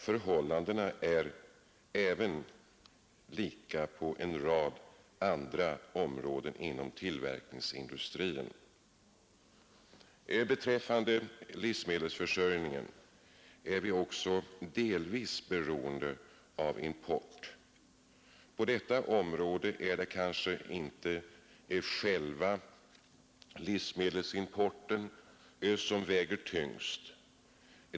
Förhållandena är likartade även på en rad andra områden inom tillverkningsindustrin. Beträffande livsmedelsförsörjningen är vi också delvis beroende av import. På detta område är det kanske ändå inte själva livsmedelsimporten som väger tyngst.